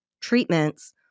treatments